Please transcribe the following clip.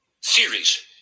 series